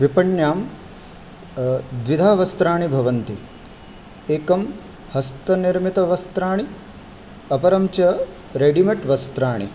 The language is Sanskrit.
विपण्यां द्विधा वस्त्राणि भवन्ति एकं हस्तनिर्मितवस्त्राणि अपरं च रेडिमेड् वस्त्राणि